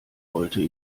wollte